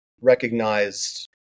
recognized